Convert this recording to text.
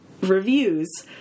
reviews